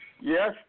Yes